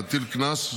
להטיל קנס,